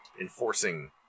enforcing